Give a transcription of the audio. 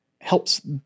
helps